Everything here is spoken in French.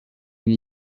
une